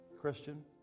Christian